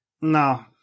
No